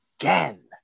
again